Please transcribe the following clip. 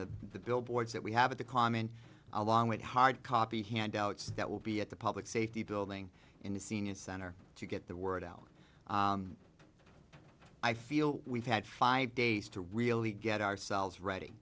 the billboards that we have at the comment along with hard copy handouts that will be at the public safety building in the senior center to get the word out i feel we've had five days to really get ourselves ready